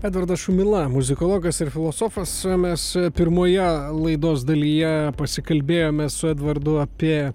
edvardas šumila muzikologas ir filosofas mes pirmoje laidos dalyje pasikalbėjome su edvardu apie